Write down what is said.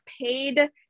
paid